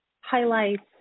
highlights